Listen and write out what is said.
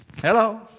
Hello